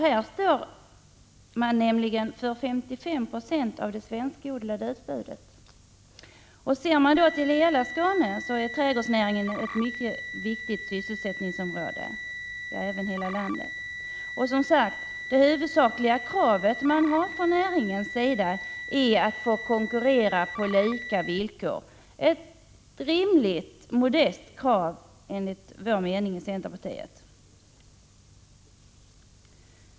Där står man nämligen för 55 96 av utbudet av svenskodlade trädgårdsprodukter. Ser man till hela Skåne, ja hela landet, finner man att trädgårdsnäringen är ett mycket viktigt sysselsättningsområde. Det huvudsakliga kravet från näringens sida är som sagt att få konkurrera på lika villkor — ett rimligt, modest krav enligt vår mening i centerpartiet.